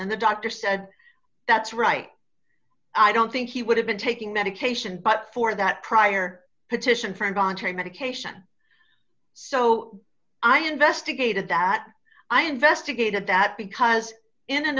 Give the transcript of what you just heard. and the doctor said that's right i don't think he would have been taking medication but for that prior petition for involuntary medication so i investigated that i investigated that because in an